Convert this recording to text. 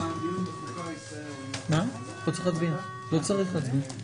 הישיבה ננעלה בשעה